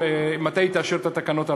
מתי היא תאשר את התקנות הללו.